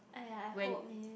!aiya! I hope man